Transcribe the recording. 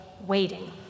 waiting